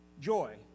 joy